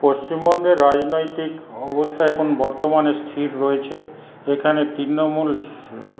পশ্চিমবঙ্গের রাজনৈতিক অবস্থা এখন বর্তমানে স্থির রয়েছে এখানে তৃণমূল